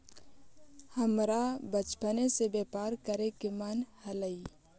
हमरा बचपने से व्यापार करे के मन हलई